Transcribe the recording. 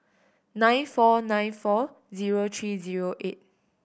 nine four nine four zero three zero eight